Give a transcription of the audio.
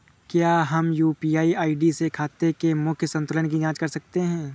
क्या हम UPI ID से खाते के मूख्य संतुलन की जाँच कर सकते हैं?